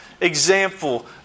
Example